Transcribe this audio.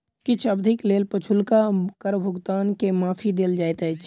किछ अवधिक लेल पछुलका कर भुगतान के माफी देल जाइत अछि